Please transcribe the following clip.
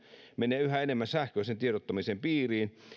menee yhä enemmän sähköisen tiedottamisen piiriin